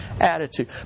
attitude